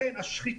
תודה.